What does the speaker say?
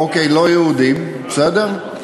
אוקיי, לא יהודים, בסדר?